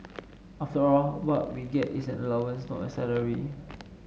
after all what we get is an allowance not a salary